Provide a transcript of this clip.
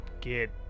get